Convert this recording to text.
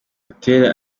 butera